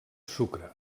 sucre